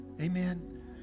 Amen